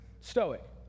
stoic